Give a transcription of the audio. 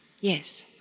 Yes